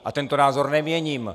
A tento názor neměním!